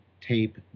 tape